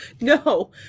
No